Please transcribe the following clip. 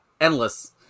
endless